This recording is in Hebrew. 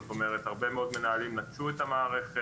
זאת אומרת הרבה מאוד מנהלים נטשו את המערכת,